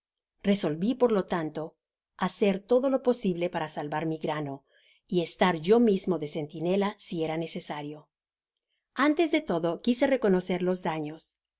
resolvi por lo tanto hacer todo lo posible p a ra salvar mi grano y estar yo mismo de centinela si era necesario antes de todo quise reconocer los daños